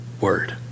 Word